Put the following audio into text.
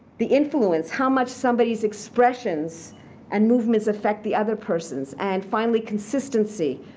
the influence, how much somebody's expressions and movements affect the other person's? and finally, consistency,